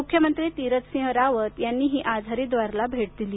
मुख्यमंत्री तीरथ सिंह रावत यांनीही आज हरिद्वारला भेट दिली